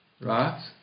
right